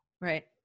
Right